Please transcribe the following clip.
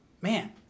man